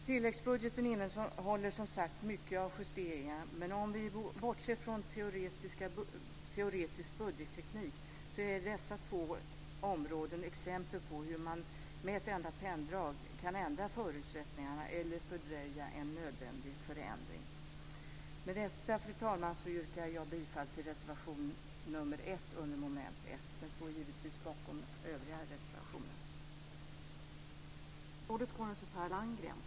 Tilläggsbudgeten innehåller som sagt mycket av justeringar, men om vi bortser från teoretisk budgetteknik så är dessa två områden exempel på hur man med ett enda penndrag kan ändra förutsättningarna eller fördröja en nödvändig förändring. Med detta, fru talman, yrkar jag bifall till reservation nr 1 under mom. 1, men står givetvis bakom övriga reservationer.